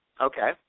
Okay